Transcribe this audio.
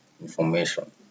Information